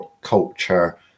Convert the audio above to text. culture